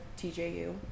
TJU